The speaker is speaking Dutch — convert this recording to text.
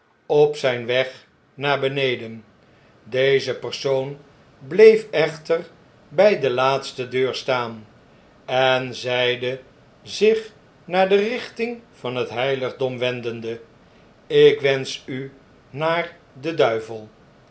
op zjjn weg naar beneden deze persoon bleef echter bg de laatste deur staan en zeide zich naar de richting van het heiligdom wendende ik wensch u naar den duivel